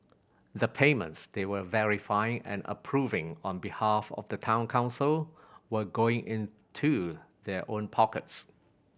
the payments they were verifying and approving on behalf of the Town Council were going into their own pockets